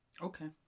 Okay